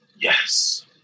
Yes